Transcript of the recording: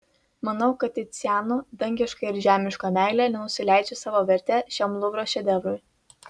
manau kad ticiano dangiška ir žemiška meilė nenusileidžia savo verte šiam luvro šedevrui